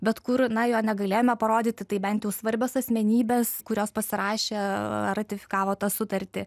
bet kur na jo negalėjome parodyti tai bent jau svarbios asmenybės kurios pasirašė ratifikavo tą sutartį